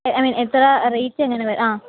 I മീൻ എത്ര rate എങ്ങനെ